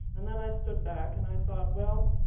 and then i stood back and i thought, well,